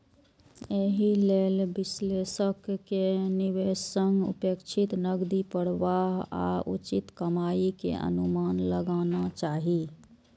एहि लेल विश्लेषक कें निवेश सं अपेक्षित नकदी प्रवाह आ उचित कमाइ के अनुमान लगाना चाही